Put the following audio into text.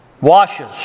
washes